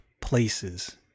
places